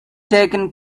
taken